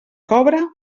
cobra